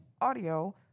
audio